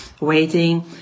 waiting